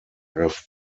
have